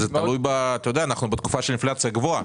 זה תלוי, אנחנו בתקופה של אינפלציה גבוהה.